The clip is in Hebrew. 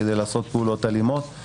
כדי לעשות פעולות אלימות.